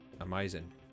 amazing